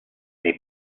nei